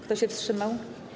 Kto się wstrzymał?